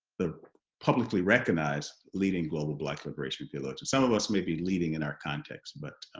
the publicly-recognised leading global black liberation theologian. some of us may be leading in our context but.